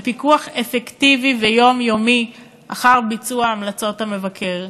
בפיקוח אפקטיבי ויומיומי אחר ביצוע המלצות המבקר.